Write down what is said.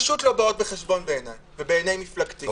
פשוט לא באות בחשבון בעיניי ובעיני מפלגתי.